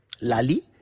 Lali